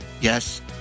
yes